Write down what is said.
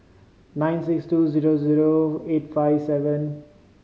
nine six two zero zero eight five seven